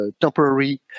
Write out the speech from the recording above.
temporary